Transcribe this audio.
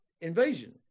invasion